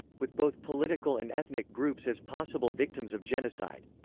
with both political and ethnic groups as possible victims of genocide.